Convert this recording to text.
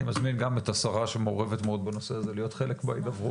אני מזמין גם את השרה שמעורבות מאוד בנושא הזה להיות חלק בהידברות.